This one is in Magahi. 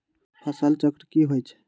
फसल चक्र की होइ छई?